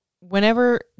whenever